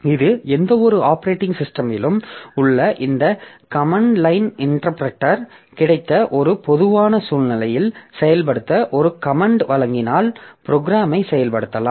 இது எந்தவொரு ஆப்பரேட்டிங் சிஸ்டமிலும் உள்ள இந்த கமன்ட் லைன் இன்டெர்பிரட்டர் கிடைத்த ஒரு பொதுவான சூழ்நிலையில் செயல்படுத்த ஒரு கமன்ட் வழங்கினால் ப்ரோக்ராமை செயல்படுத்தலாம்